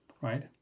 right